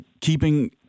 keeping